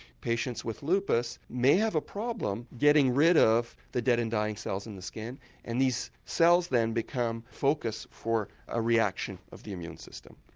patients with lupus may have a problem getting rid of the dead and dying cells in the skin and these cells then become focused for a reaction of the immune system.